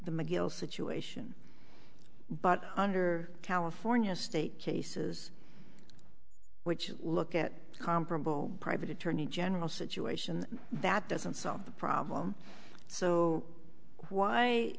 the mcgill situation but under california state cases which you look at comparable private attorney general situation that doesn't solve the